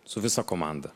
su visa komanda